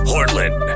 Portland